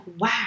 wow